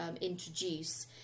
introduce